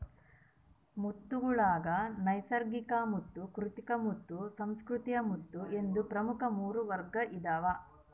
ಮುತ್ತುಗುಳಾಗ ನೈಸರ್ಗಿಕಮುತ್ತು ಕೃತಕಮುತ್ತು ಸುಸಂಸ್ಕೃತ ಮುತ್ತು ಎಂದು ಪ್ರಮುಖ ಮೂರು ವರ್ಗ ಇದಾವ